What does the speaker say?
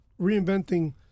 reinventing